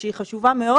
והיא חשובה מאוד.